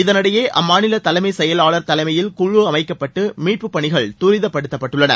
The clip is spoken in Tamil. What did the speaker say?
இதனிடையே அம்மாநில தலைமைச் செயலாளர் தலைமையில் குழி அமைக்கப்பட்டு மீட்பு பணிகள் தரிதப்படுத்தப்பட்டுள்ளன